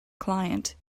client